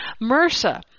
MRSA